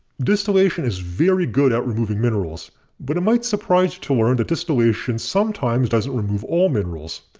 distillation is very good at removing minerals but it might surprise you to learn that distillation sometimes doesn't remove all minerals.